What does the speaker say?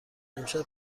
امشب